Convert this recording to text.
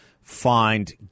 find